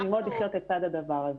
ללמוד לחיות לצד הדבר הזה.